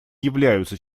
являются